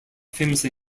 famously